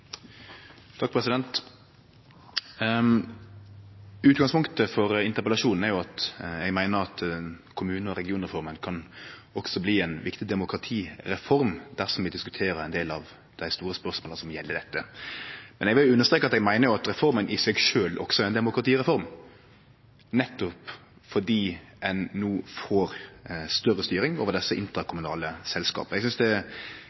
Utgangspunktet for interpellasjonen er at eg meiner at kommune- og regionreforma også kan bli ein viktig demokratireform dersom vi diskuterer ein del av dei store spørsmåla som gjeld dette. Men eg vil understreke at eg meiner at reforma i seg sjølv også er ein demokratireform, nettopp fordi ein no får større styring over dei interkommunale selskapa. Eg synest det er